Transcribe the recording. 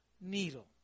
needle